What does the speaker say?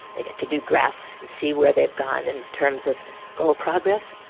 they get to do graphs and see where they've gone in terms of goal progress,